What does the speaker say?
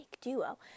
duo